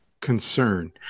concern